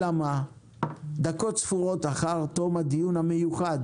אלא שדקות ספורות לאחר תום הדיון המיוחד